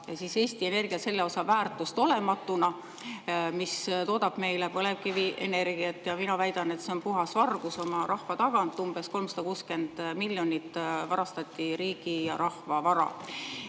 Eesti Energia selle osa väärtust, mis toodab meile põlevkivienergiat. Mina väidan, et see on puhas vargus oma rahva tagant, umbes 360 miljonit varastati riigi ja rahva vara.